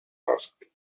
asked